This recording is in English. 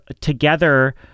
together